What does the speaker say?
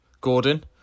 Gordon